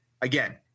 again